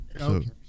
Okay